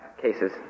cases